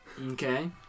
Okay